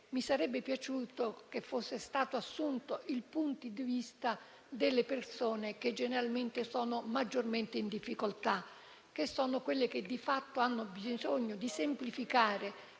mi sarebbe piaciuto che fosse stato assunto il punto di vista delle persone che generalmente sono maggiormente in difficoltà, quelle che di fatto hanno bisogno di una semplificazione